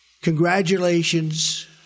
Congratulations